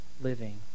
living